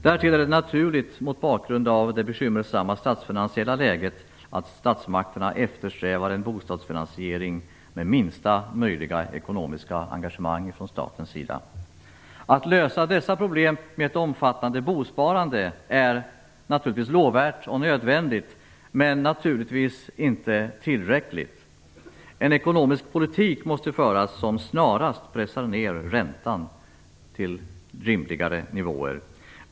Därtill är det naturligt, mot bakgrund av det bekymmersamma statsfinansiella läget, att statsmakterna eftersträvar en bostadsfinansiering med minsta möjliga ekonomiska engagemang från statens sida. Att lösa dessa problem med ett omfattande bosparande är lovvärt och nödvändigt men naturligtvis inte tillräckligt. En ekonomisk politik måste föras som snarast pressar ner räntan till rimligare nivåer.